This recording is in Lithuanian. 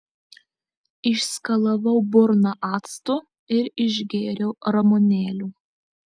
išskalavau burną actu ir išgėriau ramunėlių